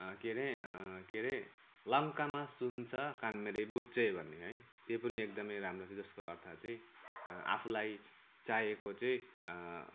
के रे के रे लङ्कामा सुन छ कान मेरै बुच्चै भन्ने है त्यो पनि एकदमै राम्रो जसको अर्थ चाहिँ आफूलाई चाहिएको चाहिँ